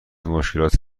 مشکلات